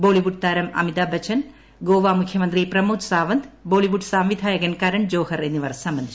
ബോളിവുഡ് താരൂപ്പിൽമിതാഭ് ബച്ചൻ ഗോവ മുഖ്യമന്ത്രി പ്രമോദ് സാവന്ത് ബ്രോളിവുഡ് സംവിധായകൻ കരൺ ജോഹർ എന്നിവർ സംബന്ധിച്ചു